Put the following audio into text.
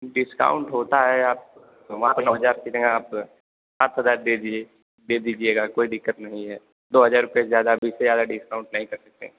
discount होता है आप तो वहाँ पर नौ हजार की जगह आप सात हजार दे दीजिए दे दीजिएगा कोई दिक्कत नहीं है दो हजार रुपए से ज़्यादा अब इससे ज़्यादा डिस्काउंट नहीं कर सकते